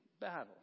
battle